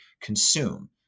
consume